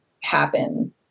happen